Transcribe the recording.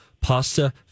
pasta